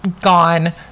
gone